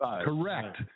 Correct